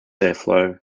airflow